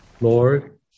Lord